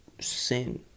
sin